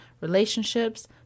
relationships